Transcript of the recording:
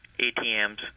ATMs